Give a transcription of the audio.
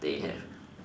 they have